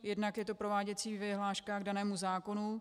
Jednak je to prováděcí vyhláška k danému zákonu.